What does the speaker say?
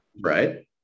right